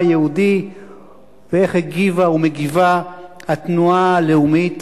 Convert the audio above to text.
היהודי ואיך הגיבה או מגיבה התנועה הלאומית